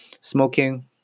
Smoking